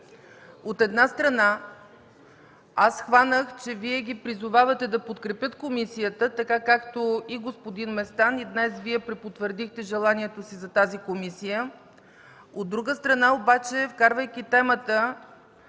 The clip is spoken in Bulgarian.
От една страна, аз схванах, че Вие ги призовавате да подкрепят комисията, така както господин Местан, днес и Вие препотвърдихте желанието си за тази комисия. От друга страна обаче, вкарвайки в темата